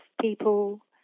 people